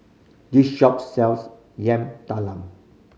this shop sells Yam Talam